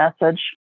message